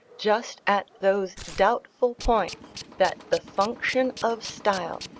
just at those doubtful points that the function of style,